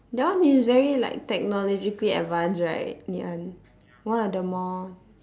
that one is very like technologically advanced right ngee ann one of the more